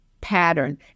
pattern